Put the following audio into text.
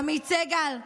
עמית סגל?